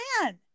plan